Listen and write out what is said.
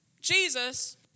Jesus